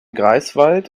greifswald